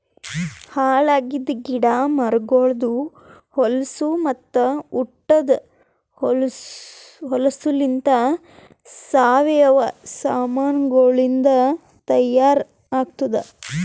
ಹಾಳ್ ಆಗಿದ್ ಗಿಡ ಮರಗೊಳ್ದು ಹೊಲಸು ಮತ್ತ ಉಟದ್ ಹೊಲಸುಲಿಂತ್ ಸಾವಯವ ಸಾಮಾನಗೊಳಿಂದ್ ತೈಯಾರ್ ಆತ್ತುದ್